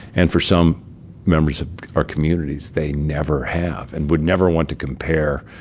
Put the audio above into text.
and for some members of our communities, they never have. and would never want to compare,